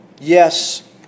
Yes